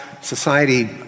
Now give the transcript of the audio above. society